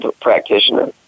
practitioner